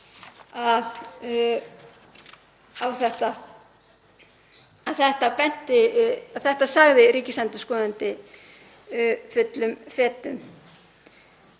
að þetta sagði ríkisendurskoðandi fullum fetum.